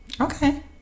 Okay